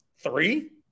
three